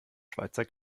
schweizer